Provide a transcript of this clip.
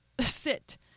sit